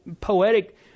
poetic